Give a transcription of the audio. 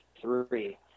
three